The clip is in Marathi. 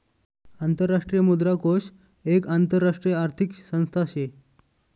आंतरराष्ट्रीय मुद्रा कोष एक आंतरराष्ट्रीय आर्थिक संस्था शे